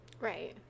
Right